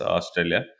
Australia